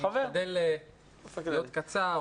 אני אשתדל להיות קצר.